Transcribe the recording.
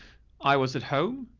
i was at home.